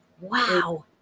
Wow